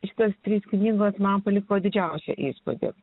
šitos trys knygos man paliko didžiausią įspūdį